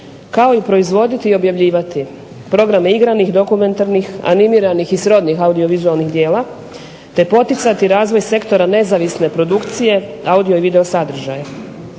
kao proizvoditi i objavljivati programe igranih, dokumentarnih, animiranih i srodnih audiovizualnih dijela, te poticati razvoj sektora nezavisne produkcije audio i video sadržaja.